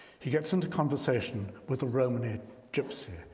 he gets into conversation with a romany gypsy,